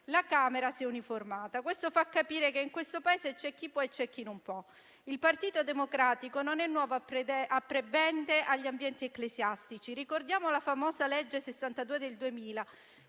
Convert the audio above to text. deputati si è uniformata. Questo fa capire che in questo Paese c'è chi può e chi non può. Il Partito Democratico non è nuovo a prebende agli ambienti ecclesiastici. Ricordiamo la famosa legge 10 marzo 2000,